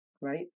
Right